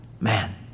Man